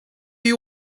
you